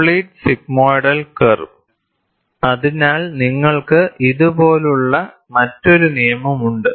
complete sigmoidal curve അതിനാൽ നിങ്ങൾക്ക് ഇതുപോലുള്ള മറ്റൊരു നിയമം ഉണ്ട്